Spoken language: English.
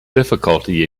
difficulty